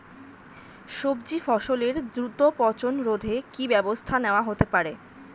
সবজি ফসলের দ্রুত পচন রোধে কি ব্যবস্থা নেয়া হতে পারে?